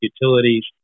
utilities